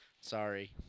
Sorry